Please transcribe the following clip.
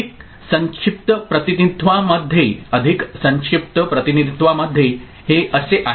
अधिक संक्षिप्त प्रतिनिधित्वामध्ये हे असे आहे